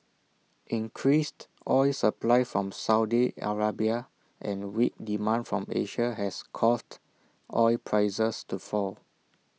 increased oil supply from Saudi Arabia and weak demand from Asia has caused oil prices to fall